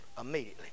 immediately